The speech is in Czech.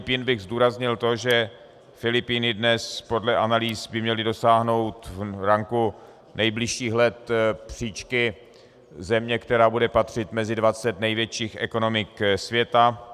U Filipín bych zdůraznil to, že Filipíny dnes podle analýz by měly dosáhnout v ranku nejbližších let příčky země, která bude patřit mezi dvacet největších ekonomik světa.